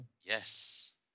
Yes